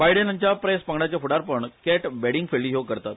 बायडेन हांच्या प्रेस पंगडाचे फूडारपण कॅट बेडींगफिल्ड ह्यो करतात